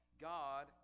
God